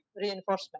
reinforcement